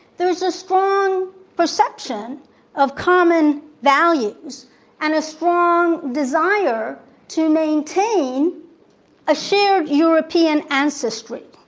there is a strong perception of common values and a strong desire to maintain a shared european ancestry.